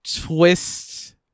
twists